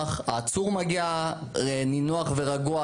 והעצור מגיע נינוח ורגוע